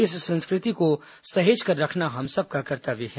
इस संस्कृति को सहेज कर रखना हम सबका कर्तव्य है